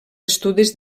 estudis